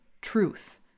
truth